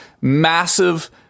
massive